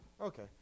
Okay